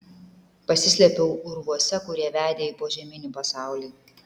pasislėpiau urvuose kurie vedė į požeminį pasaulį